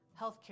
healthcare